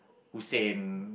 Hussain